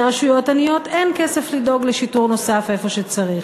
לרשויות עניות אין כסף לדאוג לשיטור נוסף איפה שצריך.